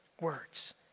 words